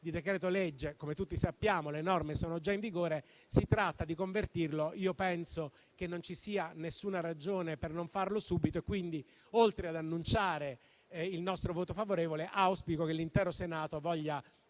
decreto-legge, come tutti sappiamo, le norme sono già in vigore. Bisogna convertirlo e io penso che non ci sia alcuna ragione per non farlo subito. Quindi, oltre ad annunciare il nostro voto favorevole, auspico che l'intero Senato voglia